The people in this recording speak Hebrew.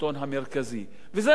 וזה נכון וזה מוצדק.